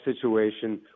situation